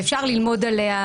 ואפשר ללמוד עליה